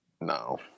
No